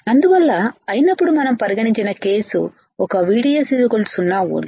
అందువల్ల అయినప్పుడు మనం పరిగణించిన కేస్ ఒక VDS 0 ఓల్ట్